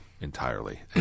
entirely